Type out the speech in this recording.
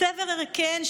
צבר ערכיהן,